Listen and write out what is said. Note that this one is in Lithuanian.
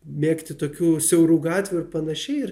mėgti tokių siaurų gatvių ir panašiai ir